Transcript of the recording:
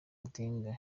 odinga